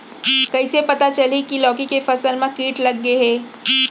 कइसे पता चलही की लौकी के फसल मा किट लग गे हे?